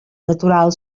natural